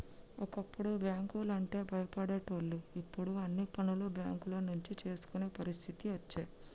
ఒకప్పుడు బ్యాంకు లంటే భయపడేటోళ్లు ఇప్పుడు అన్ని పనులు బేంకుల నుంచే చేసుకునే పరిస్థితి అచ్చే